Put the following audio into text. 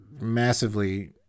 Massively